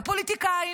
לא פוליטיקאים,